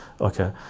okay